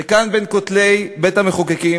שכאן, בין כותלי בית-המחוקקים,